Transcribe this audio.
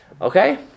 Okay